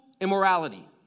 immorality